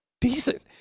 decent